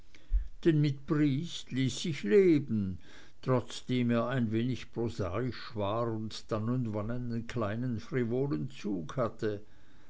denn mit briest ließ sich leben trotzdem er ein wenig prosaisch war und dann und wann einen kleinen frivolen zug hatte